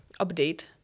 update